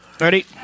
Ready